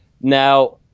now